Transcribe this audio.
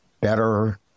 better